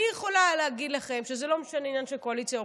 אני יכולה להגיד לכם שזה לא ממש עניין של קואליציה אופוזיציה.